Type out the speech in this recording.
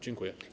Dziękuję.